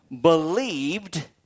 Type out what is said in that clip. believed